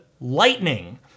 lightning